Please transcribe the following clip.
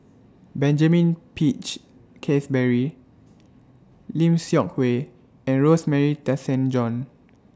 Benjamin Peach Keasberry Lim Seok Hui and Rosemary Tessensohn